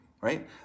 Right